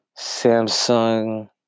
Samsung